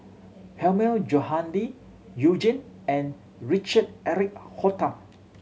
Hilmi Johandi You Jin and Richard Eric Holttum